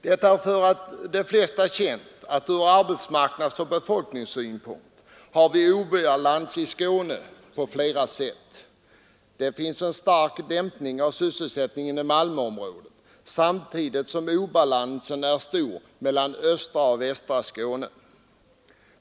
Det är för de flesta känt att ur arbetsmarknadsoch befolkningssynpunkt har vi obalans i Skåne på flera sätt. Man kan märka en stark dämpning av sysselsättningen i Malmöområdet samtidigt som obalansen är stor mellan östra och västra Skåne.